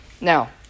now